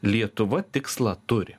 lietuva tikslą turi